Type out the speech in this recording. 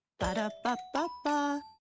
Ba-da-ba-ba-ba